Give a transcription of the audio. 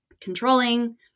controlling